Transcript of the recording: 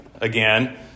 again